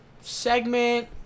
Segment